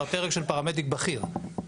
בוקר טוב,